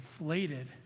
inflated